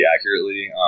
accurately